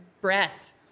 breath